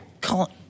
Call